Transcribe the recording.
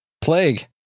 Plague